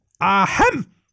Ahem